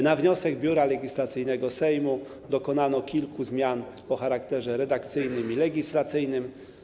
Na wniosek Biura Legislacyjnego Sejmu dokonano kilku zmian o charakterze redakcyjnym i legislacyjnym.